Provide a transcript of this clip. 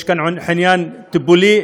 יש כאן עניין טיפולי,